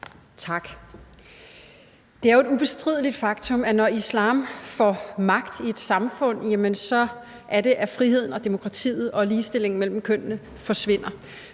Tak. Det er jo et ubestrideligt faktum, at når islam får magt i et samfund, så er det, at friheden, demokratiet og ligestillingen mellem kønnene forsvinder,